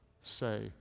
say